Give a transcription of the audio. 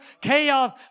chaos